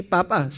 Papa